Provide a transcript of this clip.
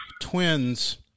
Twins